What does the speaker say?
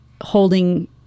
holding